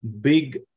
big